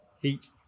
heat